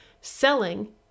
Selling